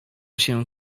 się